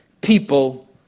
people